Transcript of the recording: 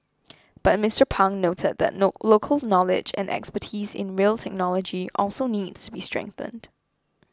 but Mister Pang noted that local knowledge and expertise in rail technology also needs be strengthened